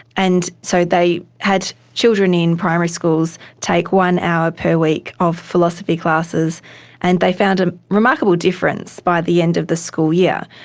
and so they had children in primary schools take one hour per week of philosophy classes and they found a remarkable difference by the end of the school year.